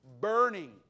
burning